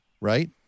right